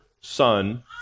Son